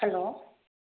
hello